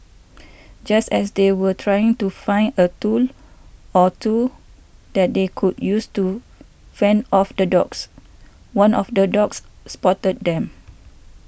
just as they were trying to find a two or two that they could use to fend off the dogs one of the dogs spotted them